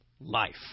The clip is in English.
life